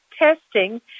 testing